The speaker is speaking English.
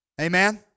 Amen